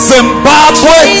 Zimbabwe